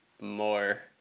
more